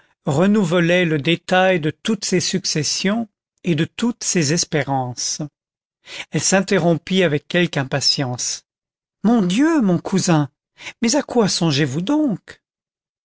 renouvelait le détail de toutes ces successions et de toutes ces espérances elle s'interrompit avec quelque impatience mon dieu mon cousin mais à quoi songez-vous donc